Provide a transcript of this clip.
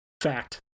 Fact